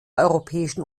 europäischen